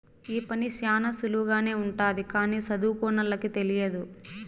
ఈ పని శ్యానా సులువుగానే ఉంటది కానీ సదువుకోనోళ్ళకి తెలియదు